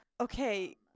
Okay